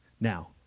Now